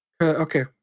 Okay